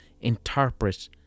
interpret